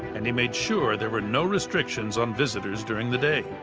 and he made sure there were no restrictions on visitors during the day.